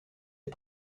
ses